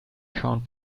count